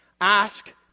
ask